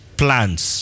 plans